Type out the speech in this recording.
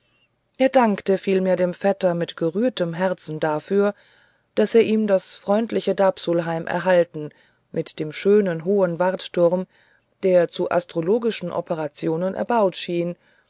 er dankte vielmehr dem vetter mit gerührtem herzen dafür daß er ihm das freundliche dapsulheim erhalten mit dem schönen hohen wartturm der zu astrologischen operationen erbaut schien